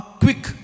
quick